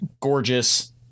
gorgeous